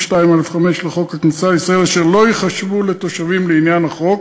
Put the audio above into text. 2(א)(5) לחוק הכניסה לישראל אשר לא ייחשבו לתושבים לעניין החוק,